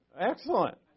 Excellent